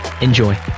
Enjoy